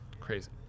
crazy